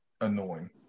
annoying